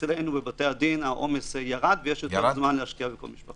אצלנו בבתי הדין העומס ירד ויש את כל הזמן להשקיע בכל משפחה.